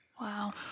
Wow